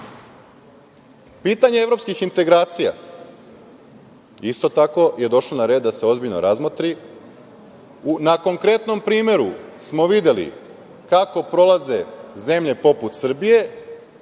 vremena. Pitanje evropskih integracija isto tako je došlo na red da se ozbiljno razmotri. Na konkretnom primeru smo videli kako prolaze zemlje poput Srbije,